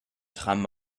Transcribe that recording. tram